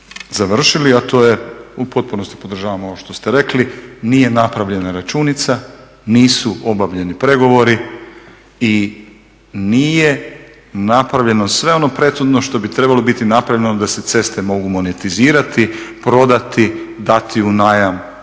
završili, a to je, u potpunosti podržavam ovo što ste rekli, nije napravljena računica, nisu obavljeni pregovori i nije napravljeno sve ono prethodno što bi trebalo biti napravljeno da se ceste mogu monetizirati, prodati, dati u najam,